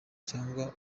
cyangwa